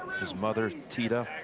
his mother kultida.